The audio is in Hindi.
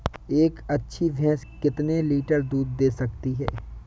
एक अच्छी भैंस कितनी लीटर दूध दे सकती है?